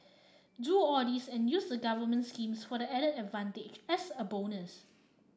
do all this and use the government schemes for the added advantage as a bonus